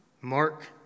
Mark